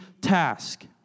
task